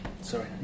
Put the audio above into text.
Sorry